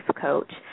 coach